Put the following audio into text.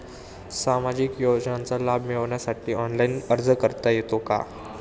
सामाजिक योजनांचा लाभ मिळवण्यासाठी ऑनलाइन अर्ज करता येतो का?